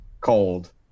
cold